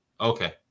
Okay